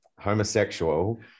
homosexual